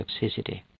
toxicity